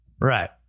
Right